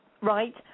Right